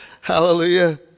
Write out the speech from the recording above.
Hallelujah